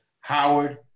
Howard